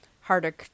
harder